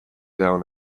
down